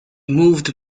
moved